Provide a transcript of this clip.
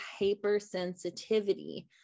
hypersensitivity